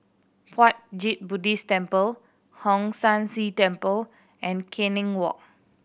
Puat Jit Buddhist Temple Hong San See Temple and Canning Walk